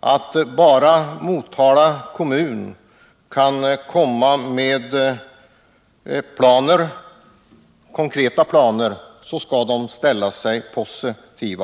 att om bara Motala kommun kan komma med konkreta planer skall regeringen ställa sig positiv.